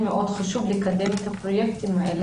חשוב מאוד לקדם את הפרויקטים האלה,